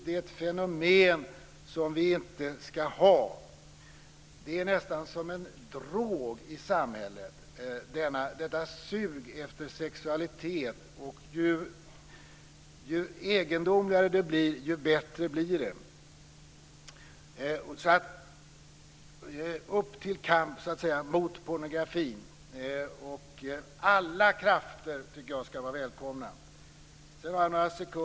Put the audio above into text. Det är ett fenomen som vi inte ska ha. Detta sug efter sexualitet är nästan som en drog i samhället. Ju egendomligare det blir, desto bättre är det. Upp till kamp mot pornografin! Alla krafter ska vara välkomna.